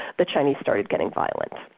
the chinese started getting violent.